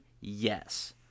Yes